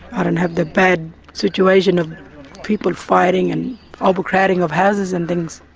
i don't have the bad situation of people fighting and overcrowding of houses and things.